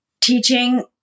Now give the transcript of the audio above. teaching